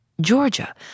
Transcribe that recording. Georgia